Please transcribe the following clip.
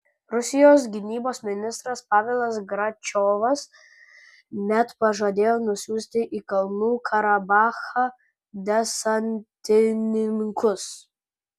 rusijos gynybos ministras pavelas gračiovas net pažadėjo nusiųsti į kalnų karabachą desantininkus